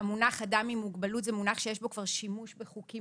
המונח "אדם עם מוגבלות" זה מונח שיש בו כבר שימוש בחוקים